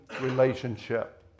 relationship